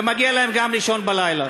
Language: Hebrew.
ומגיע להם גם לישון בלילה.